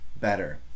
better